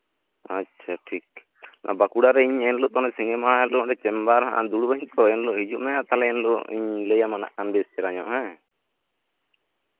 ᱟᱪᱪᱷᱟ ᱴᱷᱤᱠ ᱵᱟᱸᱠᱩᱲᱟᱨᱮ ᱤᱧ ᱮᱱᱦᱤᱞᱳᱜ ᱠᱷᱚᱱᱟᱜ ᱥᱤᱸᱜᱮ ᱢᱟᱦᱟ ᱦᱤᱞᱳᱜ ᱪᱮᱢᱵᱟᱨ ᱫᱩᱲᱩᱵᱽ ᱟᱹᱧ ᱮᱱᱦᱤᱞᱳᱜ ᱦᱤᱡᱩᱜ ᱢᱮ ᱛᱟᱦᱞᱮ ᱮᱱᱦᱤᱞᱳᱜ ᱤᱧ ᱞᱟᱹᱭ ᱟᱢᱟ ᱦᱟᱜ ᱵᱮᱥ ᱪᱮᱨᱦᱟ ᱧᱚᱜ